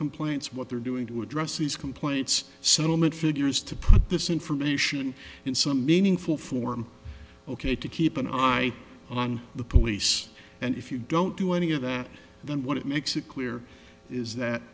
complaints what they're doing to address these complaints settlement figures to put this information in some meaningful form ok to keep an eye on the police and if you don't do any of that then what makes it clear is